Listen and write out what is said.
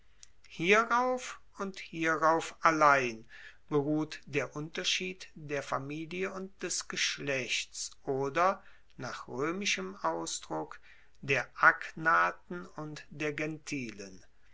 hierauf und hierauf allein beruht der unterschied der familie und des geschlechts oder nach roemischem ausdruck der agnaten und der gentilen